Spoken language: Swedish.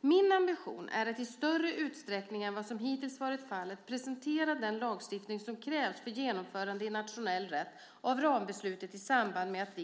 Min ambition är att i större utsträckning än vad som hittills varit fallet presentera den lagstiftning som krävs för genomförandet i nationell rätt av rambeslutet i samband med att